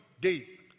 deep